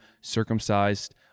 circumcised